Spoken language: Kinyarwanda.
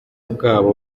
bwabo